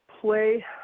play